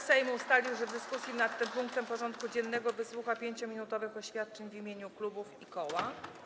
Sejm ustalił, że w dyskusji nad tym punktem porządku dziennego wysłucha 5-minutowych oświadczeń w imieniu klubów i koła.